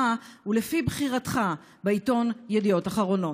ולפי בחירתך בעיתון ידיעות אחרונות".